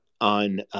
on